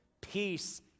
Peace